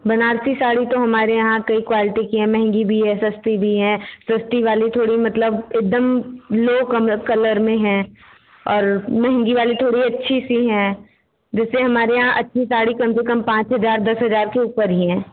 बनारसी साड़ी तो हमारे यहाँ कई क्वालिटी की हैं महंगी भी हैं सस्ती भी हैं सस्ती वाली थोड़ी मतलब एक दम लो कम कलर में हैं और महंगी वाली थोड़ी अच्छी सी हैं जैसे हमारे यहाँ अच्छी साड़ी कम से कम पाँच हज़ार दस हज़ार के ऊपर ही हैं